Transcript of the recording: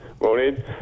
Morning